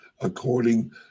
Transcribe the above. according